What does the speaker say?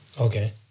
Okay